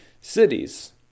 cities